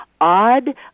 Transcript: odd